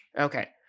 Okay